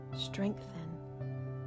Strengthen